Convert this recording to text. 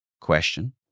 question